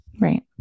right